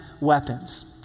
weapons